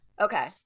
Okay